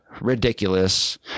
ridiculous